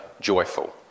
joyful